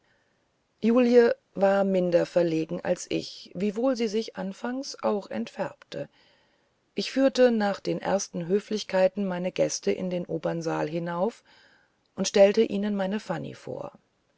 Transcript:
julie war minder verlegen als ich wiewohl sie sich anfangs auch entfärbte ich führte nach den ersten höflichkeiten meine gäste in den obern saal hinauf ich stellte ihnen meine fanny vor